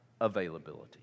availability